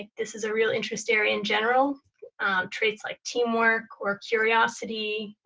this is a real interest area in general traits like teamwork or curiosity.